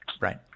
Right